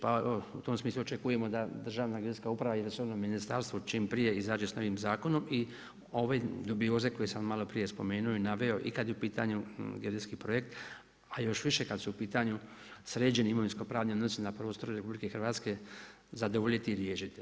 Pa u tom smislu očekujemo da Državna geodetska uprava i resorno ministarstvo čim prije izađe s novim zakonom i ove dubioze koje sam maloprije spomenuo i naveo i kada je u pitanju geodetski projekt, a još više kada su u pitanju sređeni imovinsko-pravni odnosi na prostoru RH zadovoljiti i riješiti.